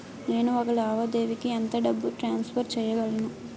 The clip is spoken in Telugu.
నేను ఒక లావాదేవీకి ఎంత డబ్బు ట్రాన్సఫర్ చేయగలను?